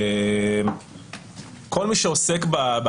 לימדו אותי שצריך להגיד "נשיאת העונש" ולא "ריצוי העונש".